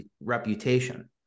reputation